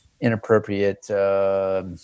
inappropriate –